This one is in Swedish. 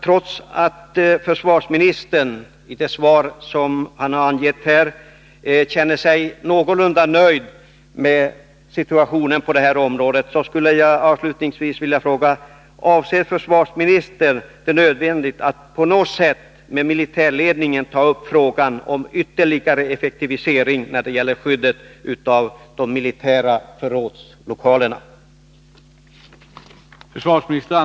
Trots att försvarsministern i det svar som han har gett här förklarar sig någorlunda nöjd med situationen på detta område, skulle jag avslutningsvis vilja fråga: Anser försvarsministern det nödvändigt att på något sätt med militärledningen ta upp frågan om ytterligare effektivisering när det gäller skyddet av de militära förrådslokalerna?